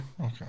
Okay